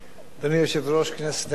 אדוני היושב-ראש, כנסת נכבדה,